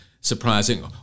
surprising